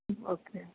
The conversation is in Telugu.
ఓకే